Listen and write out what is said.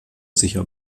sicher